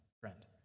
friend